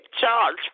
charge